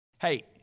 hey